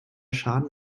schaden